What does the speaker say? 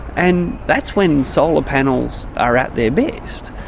and that's when solar panels are at their best.